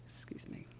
excuse me,